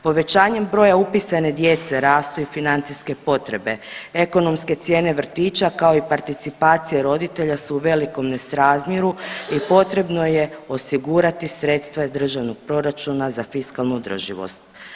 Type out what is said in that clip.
Povećanjem broja upisane djece rastu i financijske potrebe, ekonomske cijene vrtića, kao i participacije roditelja su u velikom nesrazmjeru i potrebno je osigurati sredstva iz državnog proračuna za fiskalnu održivost.